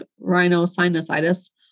rhinosinusitis